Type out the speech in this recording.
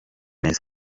meza